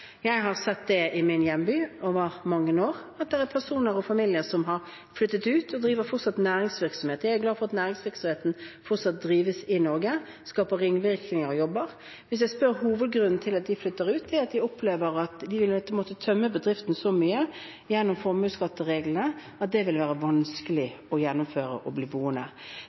Jeg har sett det i min hjemby over mange år at det er personer og familier som har flyttet ut og fortsatt driver næringsvirksomhet. Jeg er glad for at næringsvirksomheten fortsatt drives i Norge og skaper ringvirkninger og jobber. Hvis jeg spør om hovedgrunnen til at de flytter ut, er det at de opplever at de ville måtte tømme bedriften så mye gjennom formuesskattereglene at det ville være vanskelig å gjennomføre å bli boende.